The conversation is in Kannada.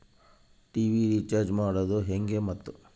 ಟಿ.ವಿ ರೇಚಾರ್ಜ್ ಮಾಡೋದು ಹೆಂಗ ಮತ್ತು?